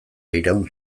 iraun